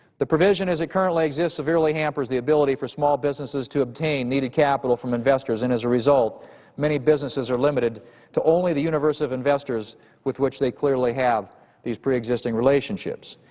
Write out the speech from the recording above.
the provision as it currently exists severely hampers the opportunity for small businesses to obtain the needed capital from investors and as a result many businesses are limited to only the universe of investors with which they clearly have these preexisting relationships.